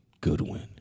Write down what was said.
Goodwin